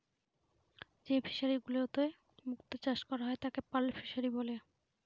যে ফিশারিগুলোতে মুক্ত চাষ করা হয় তাকে পার্ল ফিসারী বলে